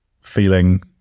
feeling